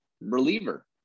reliever